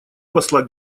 посла